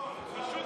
מה הסיכום